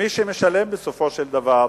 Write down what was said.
מי שמשלם בסופו של דבר